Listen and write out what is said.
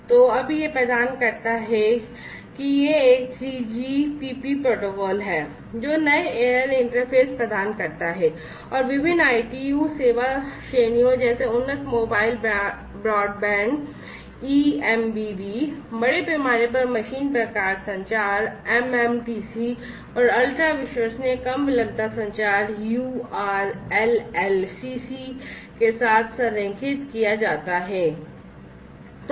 तो अब यह प्रदान करता है कि यह एक 3GPP प्रोटोकॉल है जो नए एयर इंटरफ़ेस प्रदान करता है और विभिन्न ITU सेवा श्रेणियों जैसे उन्नत मोबाइल ब्रॉडबैंड eMBB बड़े पैमाने पर मशीन प्रकार संचार mMTC और अल्ट्रा विश्वसनीय कम विलंबता संचार uRLLCC के साथ संरेखित किया जाता है